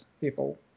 people